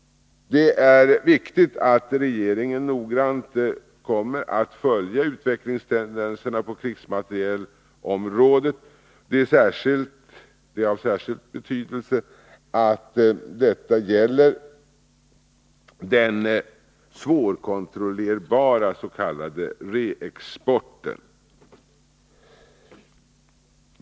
Det är viktigt att regeringen noggrant kommer att följa utvecklingstendenserna på krigsmaterielområdet. Det är av särskilt stor betydelse att detta gäller den svårkontrollerbara s.k. reexporten.